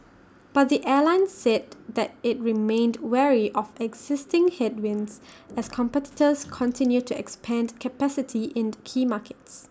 but the airline said that IT remained wary of existing headwinds as competitors continue to expand capacity in key markets